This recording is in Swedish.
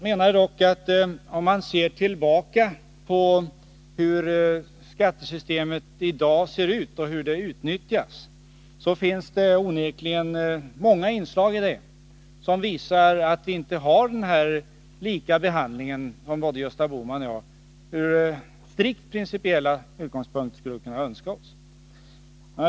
Men om vi ser på hur dagens skattesystem ser ut och hur det utnyttjas, finner vi onekligen många inslag som visar att vi inte har den lika behandling som både Gösta Bohman och jag ur strikt principiella utgångspunkter skulle kunna önska oss.